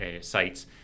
sites